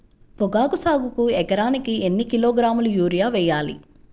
పొగాకు సాగుకు ఎకరానికి ఎన్ని కిలోగ్రాముల యూరియా వేయాలి?